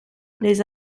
les